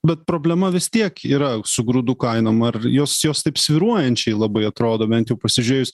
bet problema vis tiek yra su grūdų kainom ar jos jos taip svyruojančiai labai atrodo bent jau pasižiūrėjus